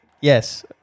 Yes